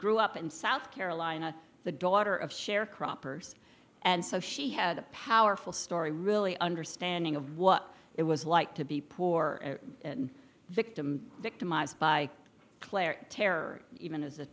grew up in south carolina the daughter of sharecroppers and so she had a powerful story really understanding of what it was like to be poor victim victimized by claire terror even as a